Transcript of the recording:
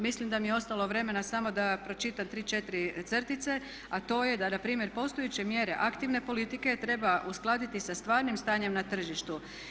Mislim da mi je ostalo vremena samo da pročitam tri, četiri crtice, a to je da na primjer postojeće mjere aktivne politike treba uskladiti sa stvarnim stanjem na tržištu.